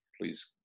please